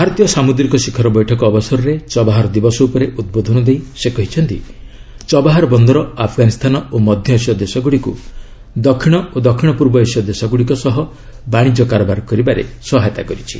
ଭାରତୀୟ ସାମୁଦ୍ରିକ ଶିଖର ବୈଠକ ଅବସରରେ ଚବାହର ଦିବସ ଉପରେ ଉଦ୍ବୋଧନ ଦେଇ ସେ କହିଛନ୍ତି ଚବାହର ବନ୍ଦର ଆଫ୍ଗାନିସ୍ତାନ ଓ ମଧ୍ୟଏସୀୟ ଦେଶଗୁଡ଼ିକୁ ଦକ୍ଷିଣ ଓ ଦକ୍ଷିଣ ପୂର୍ବ ଏସୀୟ ଦେଶଗୁଡ଼ିକ ସହ ବାଶିଜ୍ୟ କାରବାର କରିବାରେ ସହୟତା କରିଛି